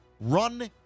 run